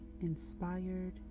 inspired